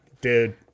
dude